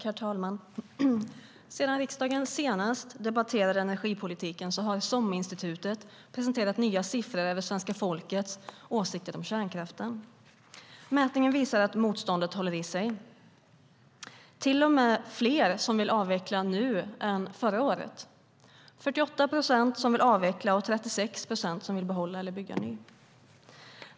Herr talman! Sedan riksdagen senast debatterade energipolitiken har SOM-institutet presenterat nya siffror över svenska folkets åsikter om kärnkraften. Mätningen visar att motståndet håller i sig. Det är till och med fler som vill avveckla nu än förra året. 48 procent vill avveckla och 36 procent vill behålla eller bygga ny.